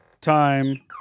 time